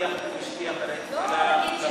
תגידי את האמת מעל בימת הכנסת.